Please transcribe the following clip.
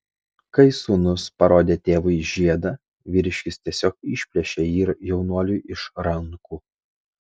kai sūnus parodė tėvui žiedą vyriškis tiesiog išplėšė jį jaunuoliui iš rankų